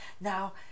Now